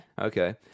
Okay